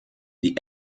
die